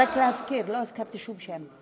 רק להזכיר, לא הזכרתי שום שם.